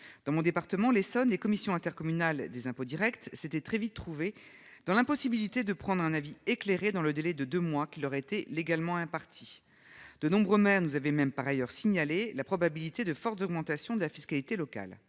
dans mon département, l'Essonne et commissions intercommunales des impôts Directs. C'était très vite trouvé dans l'impossibilité de prendre un avis éclairé dans le délai de deux mois qu'il aurait été légalement impartis. De nombreux maires nous avait même par ailleurs signalé la probabilité de forte augmentation de la fiscalité locale.